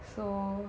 so